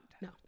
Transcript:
no